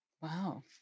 Wow